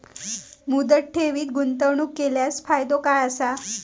मुदत ठेवीत गुंतवणूक केल्यास फायदो काय आसा?